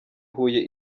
huye